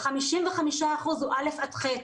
55% זה א'-ח'.